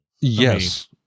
yes